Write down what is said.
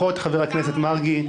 לבחור את חבר הכנסת יעקב מרגי,